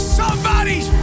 somebody's